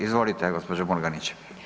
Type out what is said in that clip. Izvolite gospođo Murganić.